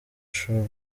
show